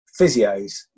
physios